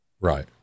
Right